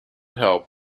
help